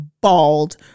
bald